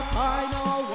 final